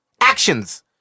Actions